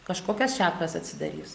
kažkokios čiakros atsidarys